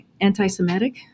anti-Semitic